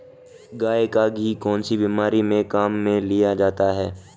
गाय का घी कौनसी बीमारी में काम में लिया जाता है?